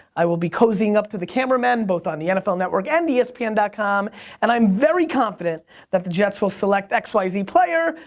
i will be cozying up to the cameraman both on the nfl network and espn dot com and i'm very confident that the jets will select x, y, z, player.